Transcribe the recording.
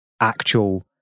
actual